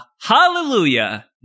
hallelujah